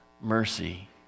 mercy